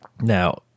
Now